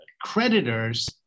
creditors